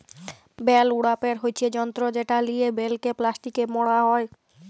bell উড়াপের হচ্যে যন্ত্র যেটা লিয়ে বেলকে প্লাস্টিকে মড়া হ্যয়